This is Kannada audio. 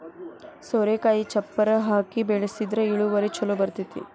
ಸೋರೆಕಾಯಿಗೆ ಚಪ್ಪರಾ ಹಾಕಿ ಬೆಳ್ಸದ್ರ ಇಳುವರಿ ಛಲೋ ಬರ್ತೈತಿ